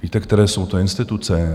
Víte, které jsou to instituce?